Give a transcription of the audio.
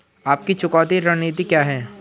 आपकी चुकौती रणनीति क्या है?